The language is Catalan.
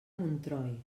montroi